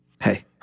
Hey